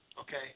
okay